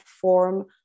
form